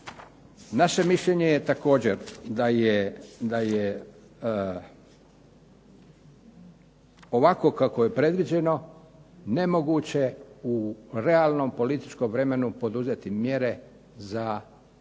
Naše mišljenje je također da je ovako kako je predviđeno nemoguće u realnom političkom vremenu poduzeti mjere za